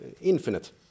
infinite